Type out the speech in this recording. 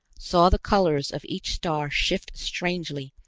saw the colors of each star shift strangely,